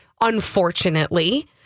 unfortunately